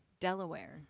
Delaware